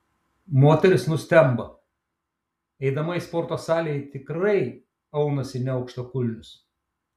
moteris nustemba eidama į sporto salę ji tikrai aunasi ne aukštakulnius